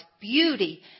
beauty